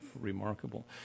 remarkable